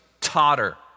totter